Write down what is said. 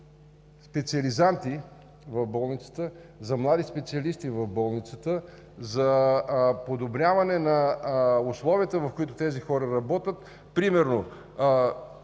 специализанти в болницата, за млади специалисти в болницата, за подобряване на условията, в които тези хора работят. Примерно